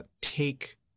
Take